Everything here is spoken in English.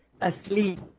asleep